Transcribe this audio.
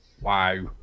Wow